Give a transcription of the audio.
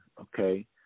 Okay